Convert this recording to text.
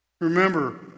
remember